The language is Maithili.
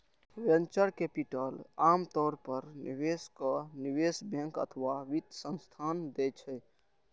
वेंचर कैपिटल आम तौर पर निवेशक, निवेश बैंक अथवा वित्त संस्थान दै छै